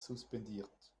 suspendiert